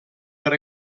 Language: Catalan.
per